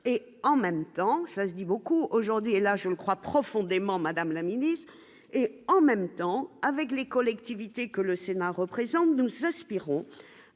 et en même temps ça se dit beaucoup aujourd'hui, et là je le crois profondément, Madame la Ministre, et en même temps avec les collectivités, que le Sénat représente nous aspirons